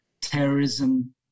terrorism